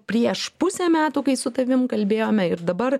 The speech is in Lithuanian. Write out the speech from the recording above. prieš pusę metų kai su tavim kalbėjome ir dabar